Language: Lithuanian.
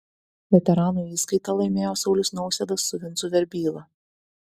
veteranų įskaitą laimėjo saulius nausėdas su vincu verbyla